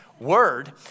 word